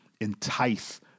entice